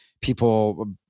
people